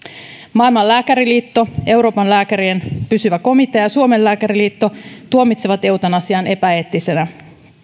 maailman lääkäriliitto euroopan lääkärien pysyvä komitea ja suomen lääkäriliitto tuomitsevat eutanasian epäeettisenä